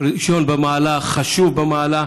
ראשון במעלה, חשוב במעלה,